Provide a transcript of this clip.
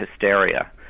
hysteria